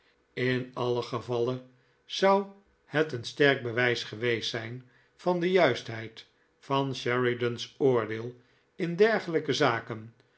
in alien gevalle zou het een sterk bewijs geweest zljn van de juistheid van sheridan's oordeel in dergelijke zaken